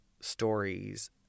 stories